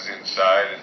inside